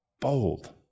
Bold